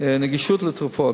נגישות לתרופות,